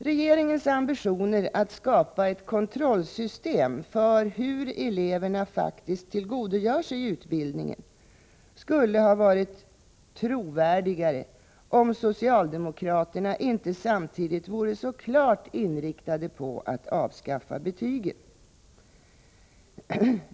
Regeringens ambitioner att skapa ett kontrollsystem för hur eleverna faktiskt tillgodogör sig utbildningen skulle ha varit trovärdigare om socialdemokraterna inte samtidigt vore så klart inriktade på att avskaffa betygen.